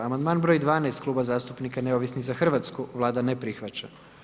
Amandman broj 12 Kluba zastupnika Neovisni za Hrvatsku, Vlada ne prihvaća.